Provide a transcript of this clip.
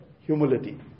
humility